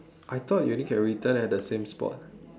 I thought you only can return at the same spot